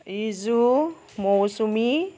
Riju Mousumi